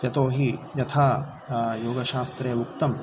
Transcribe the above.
यतो हि यथा योगशास्त्रे उक्तं